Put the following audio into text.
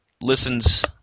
listens